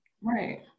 Right